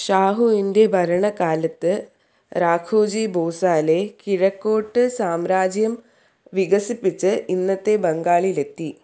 ഷാഹുവിൻ്റെ ഭരണകാലത്ത് രാഘോജി ഭോസാലേ കിഴക്കോട്ട് സാമ്രാജ്യം വികസിപ്പിച്ച് ഇന്നത്തെ ബംഗാളിലെത്തി